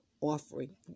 offering